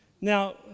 Now